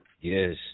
Yes